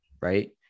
right